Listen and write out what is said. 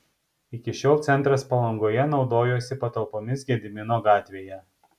iki šiol centras palangoje naudojosi patalpomis gedimino gatvėje